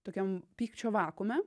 tokiam pykčio vakuume